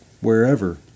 wherever